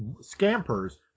scampers